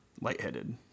lightheaded